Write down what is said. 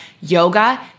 yoga